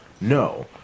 no